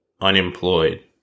unemployed